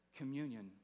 communion